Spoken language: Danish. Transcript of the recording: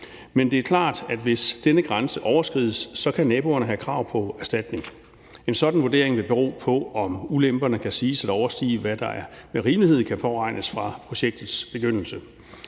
Men det er klart, at hvis denne grænse overskrides, kan naboerne have krav på erstatning. En sådan vurdering vil bero på, om ulemperne kan siges at overstige, hvad der med rimelighed kan påregnes fra projektets begyndelse.